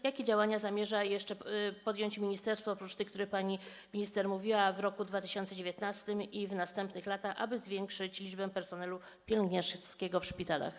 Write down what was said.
Jakie działania zamierza jeszcze podjąć ministerstwo, oprócz tych, o których pani minister mówiła, w roku 2019 i w następnych latach, aby zwiększyć liczbę personelu pielęgniarskiego w szpitalach?